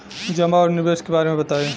जमा और निवेश के बारे मे बतायी?